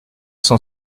cent